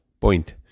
point